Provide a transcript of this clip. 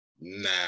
Nah